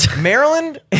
Maryland